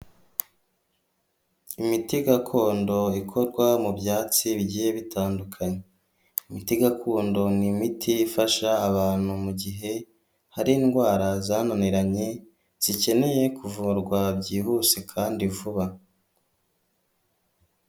Imiti gakondo ikorwa mu byatsi bigiye bitandukanye. Imiti gakondo ni imiti ifasha abantu gihe hari indwara zananiranye zikeneye kuvurwa byihuse kandi vuba.